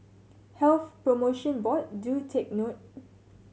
Health Promotion Board do take note